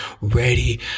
ready